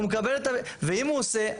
ואם הוא עושה,